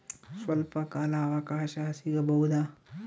ಸ್ವಲ್ಪ ಕಾಲ ಅವಕಾಶ ಸಿಗಬಹುದಾ?